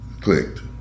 clicked